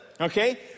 okay